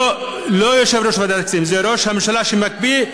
לא יושב-ראש ועדת הכספים, זה ראש הממשלה שמקפיא.